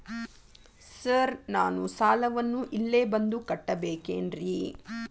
Sir ನಾನು ಸಾಲವನ್ನು ಇಲ್ಲೇ ಬಂದು ಕಟ್ಟಬೇಕೇನ್ರಿ?